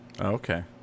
Okay